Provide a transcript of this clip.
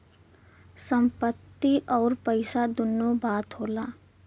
संपत्ति अउर पइसा दुन्नो बात होला